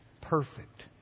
perfect